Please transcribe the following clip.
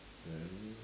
then